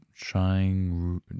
trying